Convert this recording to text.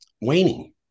waning